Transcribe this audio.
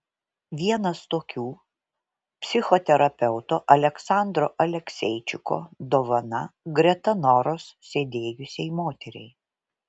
vienas tokių psichoterapeuto aleksandro alekseičiko dovana greta noros sėdėjusiai moteriai